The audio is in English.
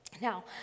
Now